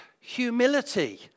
humility